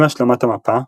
עם השלמת המפה,